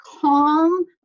calm